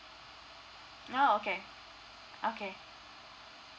oh okay okay